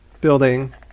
building